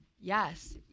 yes